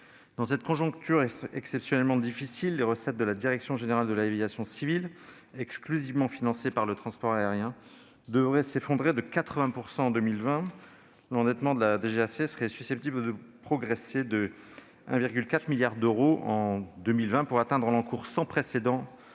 Dans cette conjoncture exceptionnellement difficile, les recettes de la direction générale de l'aviation civile (DGAC), exclusivement financée par le transport aérien, devraient s'effondrer de 80 % en 2020. L'endettement de la DGAC serait susceptible de progresser de 1,4 milliard d'euros en 2020, pour atteindre l'encours sans précédent